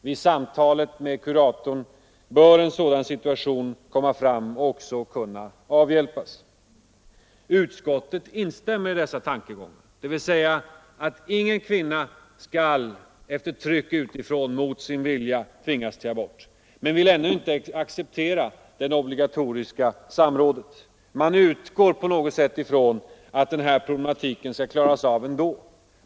Vid samtalet med kuratorn bör en sådan situation komma fram och även kunna avhjälpas. Utskottet instämmer i att ingen kvinna efter påtryckningar och mot sin vilja skall förmås till abort, men utskottet vill ändå inte acceptera ett obligatoriskt samråd. Utskottet förutsätter att de här problemen skall klaras av ändå.